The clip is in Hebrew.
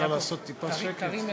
אפשר לעשות טיפה שקט?